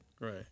Right